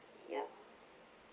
yup